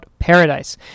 Paradise